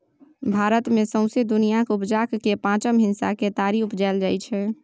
भारत मे सौंसे दुनियाँक उपजाक केर पाँचम हिस्साक केतारी उपजाएल जाइ छै